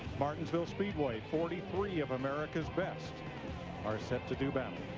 martinsville speedway, forty three of america's best are set to do battle.